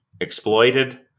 exploited